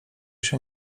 się